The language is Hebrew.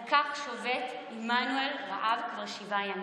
על כך שובת עמנואל רעב כבר שבעה ימים,